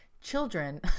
children